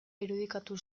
irudikatu